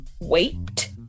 wait